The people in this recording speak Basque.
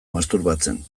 masturbatzen